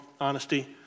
honesty